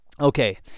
Okay